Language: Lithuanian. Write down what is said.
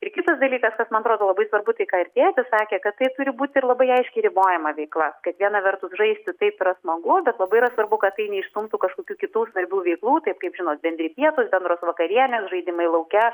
ir kitas dalykas kas man atrodo labai svarbu tai ką ir tėtis sakė kad tai turi būti ir labai aiškiai ribojama veikla kad viena vertus žaisti taip yra smagu bet labai yra svarbu kad tai neišstumtų kažkokių kitų svarbių veiklų taip kaip žinot bendri pietūs bendros vakarienės žaidimai lauke